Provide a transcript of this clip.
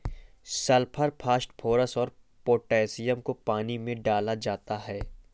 sulphur phosphorus और potassium को पानी में डाला जाता है